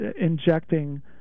injecting